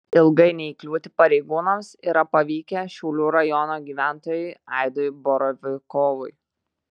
ilgai neįkliūti pareigūnams yra pavykę šiaulių rajono gyventojui aidui borovikovui